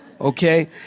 Okay